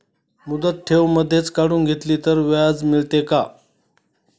मुदत ठेव मधेच काढून घेतली तर व्याज मिळते का?